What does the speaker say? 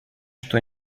что